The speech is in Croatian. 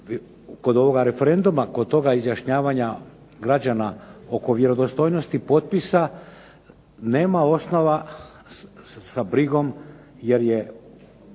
kod ovoga referenduma, kod toga izjašnjavanja građana oko vjerodostojnosti potpisa, nema osnova sa brigom jer su